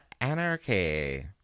Anarchy